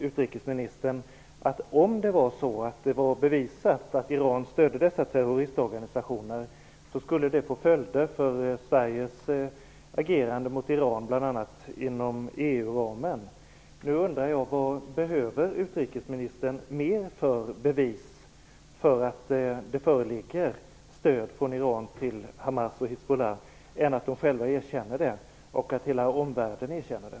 Utrikesministern sade där att om det var bevisat att Iran stödde dessa terroristorganisationer skulle det få följder för Sveriges agerande mot Iran, bl.a. inom EU Nu undrar jag: Vad behöver utrikesministern för bevis för att det föreligger stöd från Iran till Hamas och Hizbollah mer än att de själva erkänner det och att hela omvärlden erkänner det?